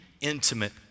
intimate